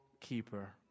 keeper